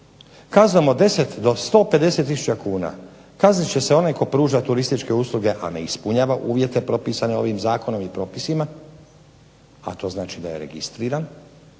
kaznom od 10 do 150 tisuća kuna kaznit će se onaj tko pruža turističke usluge a ne ispunjava uvjete propisane ovim Zakonom i propisima, a to znači da je registriran,